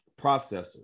processor